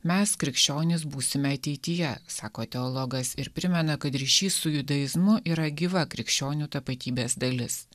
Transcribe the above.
mes krikščionys būsime ateityje sako teologas ir primena kad ryšys su judaizmu yra gyva krikščionių tapatybės dalis